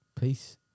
peace